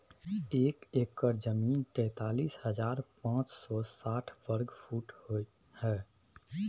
एक एकड़ जमीन तैंतालीस हजार पांच सौ साठ वर्ग फुट होय हय